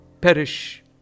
perish